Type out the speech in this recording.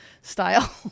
style